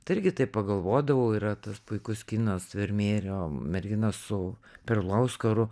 tai irgi taip pagalvodavau yra tas puikus kinas vermėjerio mergina su perlo auskaru